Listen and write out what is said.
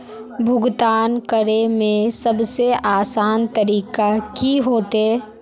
भुगतान करे में सबसे आसान तरीका की होते?